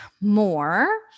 more